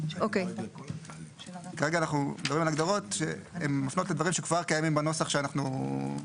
כרגע אנחנו מדברים על הגדרות שמפנות לדברים שכבר קיימים בנוסח שבפניכם.